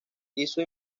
hizo